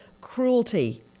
cruelty